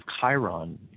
Chiron